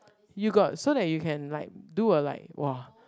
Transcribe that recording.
you got so that you can like do a like !wah!